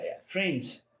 Friends